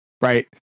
Right